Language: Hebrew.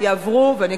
ואני,